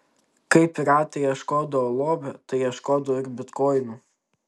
kai piratai ieškodavo lobio tai ieškodavo ir bitkoinų